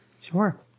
Sure